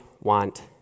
want